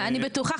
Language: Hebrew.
אני בטוחה,